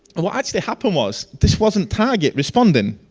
what actually happened was. this wasn't target responding.